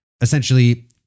essentially